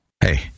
Hey